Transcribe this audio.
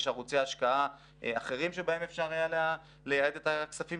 יש ערוצי השקעה אחרים שבהם אפשר היה לייעד את הכספים